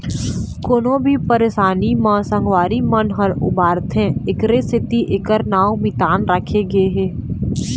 कोनो भी परसानी म संगवारी मन ह उबारथे एखरे सेती एखर नांव मितान राखे गे हे